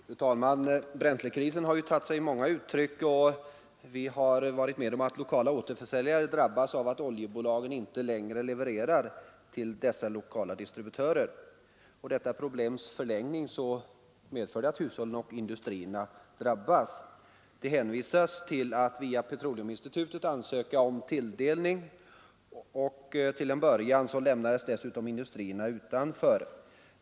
Fru talman! Bränslekrisen har tagit sig många uttryck. Bl. a. förekommer det att oljebolagen inte längre levererar till de lokala distributörerna. Detta problems förlängning innebär att hushållen och industrierna drabbas. De hänvisas till att hos Petroleuminstitutet ansöka om tilldelning. Till en början lämnades dessutom industrierna utanför.